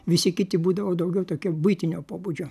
visi kiti būdavo daugiau tokio buitinio pobūdžio